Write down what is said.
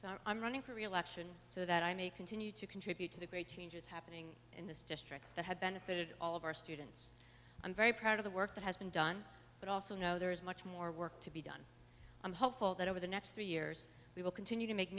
so i'm running for reelection so that i may continue to contribute to the great changes happening in this district that have benefited all of our students i'm very proud of the work that has been done but i also know there is much more work to be done i'm hopeful that over the next three years we will continue to make